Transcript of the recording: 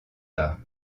arts